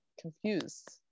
confused